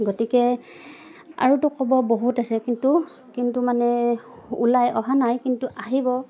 গতিকে আৰুতো ক'ব বহুত আছে কিন্তু কিন্তু মানে ওলাই অহা নাই কিন্তু আহিব